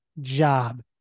job